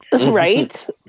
right